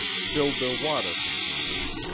filled their water containers,